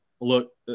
Look